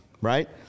right